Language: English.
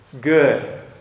Good